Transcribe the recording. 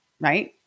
Right